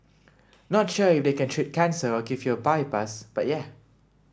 not sure if they can treat cancer or give you a bypass but yeah